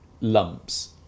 lumps